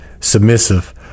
submissive